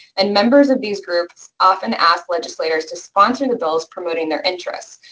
and members of these groups often ask legislators to sponsor the bills promoting their interests.